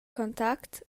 contact